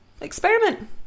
experiment